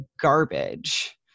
garbage